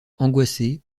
angoissée